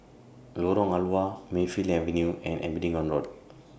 Lorong Halwa Mayfield Avenue and Abingdon Road